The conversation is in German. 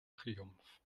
triumph